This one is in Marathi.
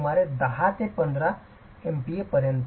सुमारे 15 20 MPa पर्यंत